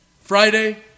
Friday